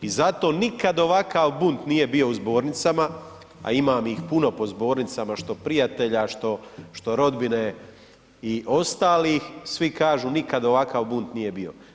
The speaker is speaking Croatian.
I zato nikad ovakav bunt nije bio u zbornicama, a imam ih puno po zbornicama što prijatelja, što rodbine i ostalih, svi kažu nikada ovakav bunt nije bio.